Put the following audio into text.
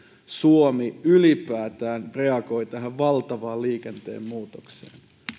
suomi ylipäätään reagoi tähän valtavaan liikenteen muutokseen